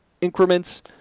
increments